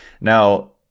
Now